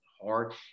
hard